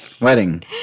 Wedding